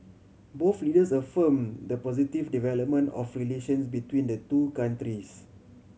both leaders affirm the positive development of relations between the two countries